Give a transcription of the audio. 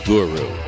Guru